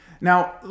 Now